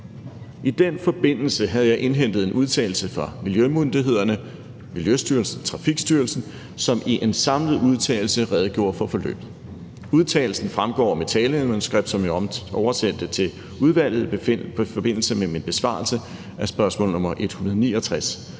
I den forbindelse havde jeg indhentet en udtalelse fra miljømyndighederne, Miljøstyrelsen og Trafikstyrelsen, som i en samlet udtalelse redegjorde for forløbet. Udtalelsen fremgår af mit talemanuskript, som jeg oversendte til udvalget i forbindelse med min besvarelse af spørgsmål nr. 169.